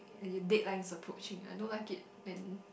the deadline is approaching I don't like it then